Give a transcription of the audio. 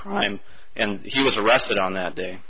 crime and he was arrested on that day